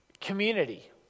community